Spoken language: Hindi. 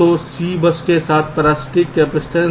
तो C बस के साथ पैरासिटिक कपसिटंस